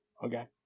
Okay